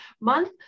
month